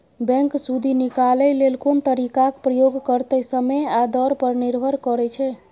bank सुदि निकालय लेल कोन तरीकाक प्रयोग करतै समय आ दर पर निर्भर करै छै